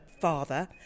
father